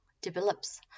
develops